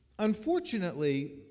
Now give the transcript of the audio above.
Unfortunately